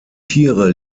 tiere